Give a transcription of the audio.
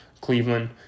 Cleveland